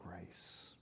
grace